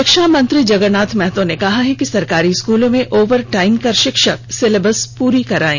षिक्षा मंत्री जगरनाथ महतो ने कहा है कि सरकारी स्कूलों में ओवर टाइम कर षिक्षक सिलेबस पूरी करायें